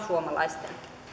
suomalaisten arvoisa puhemies